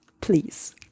please